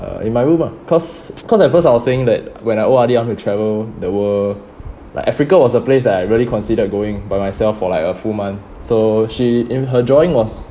uh in my room ah cause cause at first I was saying that when I old already I want to travel the world like africa was a place that I really considered going by myself for like a full month so she in her drawing was